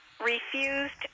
refused